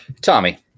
Tommy